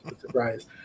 surprise